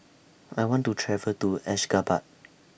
I want to travel to Ashgabat